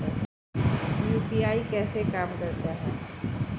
UPI कैसे काम करता है?